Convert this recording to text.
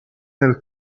nel